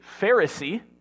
Pharisee